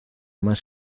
más